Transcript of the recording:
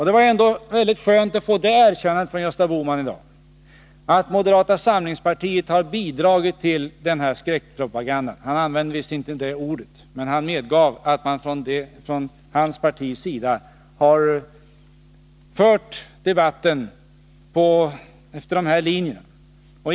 Det var ändå väldigt skönt att få det erkännandet från Gösta Bohman att moderata samlingspartiet har bidragit till skräckpropaganda. Han använde visserligen inte det ordet, men han medgav att man från hans partis sida har fört debatten efter de linjerna.